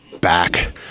back